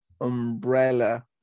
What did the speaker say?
umbrella